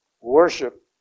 worship